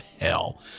hell